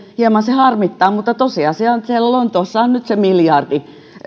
hieman harmittaa mutta tosiasia on että lontoossa on nyt se miljardi